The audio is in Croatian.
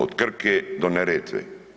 Od Krke do Neretve.